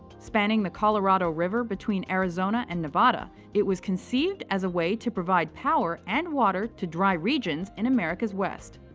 spanning the colorado river between arizona and nevada, it was conceived as a way to provide power and water to dry regions in america's west.